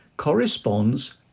corresponds